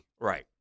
Right